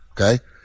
Okay